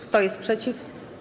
Kto jest przeciw?